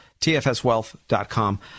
tfswealth.com